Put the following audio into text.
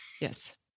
Yes